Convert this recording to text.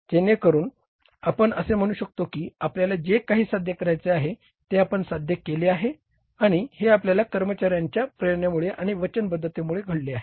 जेणेकरून आपण असे म्हणू शकतो की आपल्याला जे काही साध्य करायचे होते ते आपण साध्य केले आणि हे आपल्या कर्मचार्यांच्या प्रेरणेमुळे आणि वचनबद्धतेमुळे घडले आहे